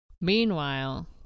Meanwhile